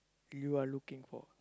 you are looking for